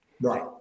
Right